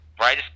right